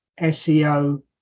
SEO